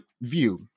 view